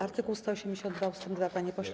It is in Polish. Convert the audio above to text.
Art. 182 ust. 2, panie pośle.